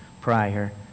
prior